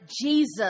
Jesus